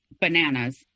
bananas